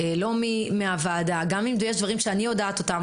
לא מהוועדה גם אם יש דברים שאני יודעת אותם,